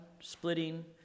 splitting